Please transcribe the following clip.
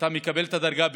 אתה מקבל את הדרגה בזכות.